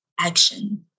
action